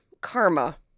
karma